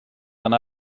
yna